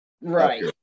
Right